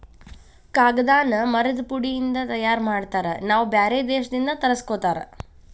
ಕಾಗದಾನ ಮರದ ಪುಡಿ ಇಂದ ತಯಾರ ಮಾಡ್ತಾರ ನಾವ ಬ್ಯಾರೆ ದೇಶದಿಂದ ತರಸ್ಕೊತಾರ